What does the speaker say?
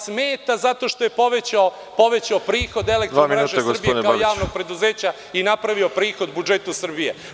Smeta, zato što je povećao prihod Elektromreža Srbije i napravio prihod budžetu Srbije.